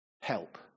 help